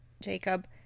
Jacob